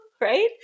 Right